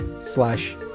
slash